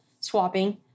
swapping